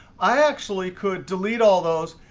i actually could delete all those.